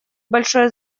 большое